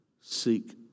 seek